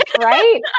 Right